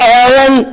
Aaron